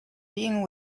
being